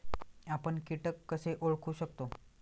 आपण कीटक कसे ओळखू शकतो?